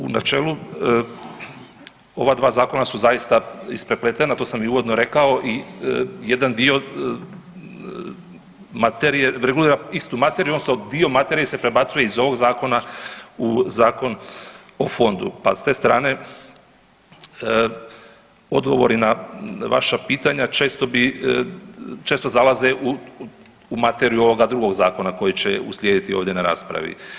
U načelu ova dva zakona su zaista isprepletana, to sam i uvodno rekao i jedan dio materije, regulira istu materiju odnosno dio materije se prebacuje iz ovog zakona u Zakon o fondu, pa s te strane odgovori na vaša pitanja često bi, često zalaze u materiju ovoga drugog zakona koji će uslijedit ovdje na raspravi.